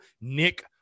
Nick